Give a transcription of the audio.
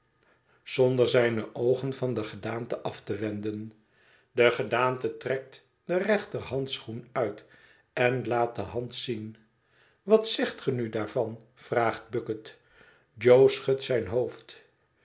zonder zijne oogen van de gedaante af te wenden de gedaante trekt den rechterhandschoen uit en laat de hand zien wat zegt ge nu daarvan vraagt bucket jo schudt zijn hoofd